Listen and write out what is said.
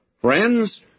Friends